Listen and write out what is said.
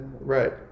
Right